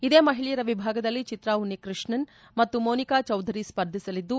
ಇದೇ ಮಹಿಳೆಯರ ವಿಭಾಗದಲ್ಲಿ ಚಿತ್ರಾ ಉನ್ನಿಕೃಷ್ಣನ್ ಮತ್ತು ಮೋನಿಕಾ ಚೌಧರಿ ಸ್ವರ್ಧಿಸಲಿದ್ದು